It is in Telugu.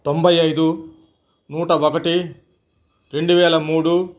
తొంభై ఐదు నూట ఒకటి రెండువేల మూడు